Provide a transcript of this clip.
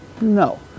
No